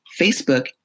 Facebook